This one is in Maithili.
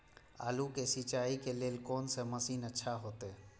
आलू के सिंचाई के लेल कोन से मशीन अच्छा होते?